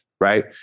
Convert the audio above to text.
right